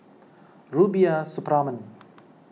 Rubiah Suparman